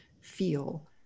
feel